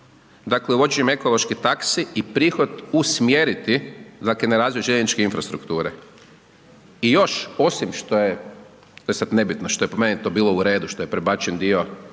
dakle uvođenjem ekoloških taksi i prihod usmjeriti za …/nerazumljivo/… željezničke infrastrukture. I još osim što je, to je sad nebitno, što je po meni to bilo u redu što je prebačen dio